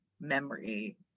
memory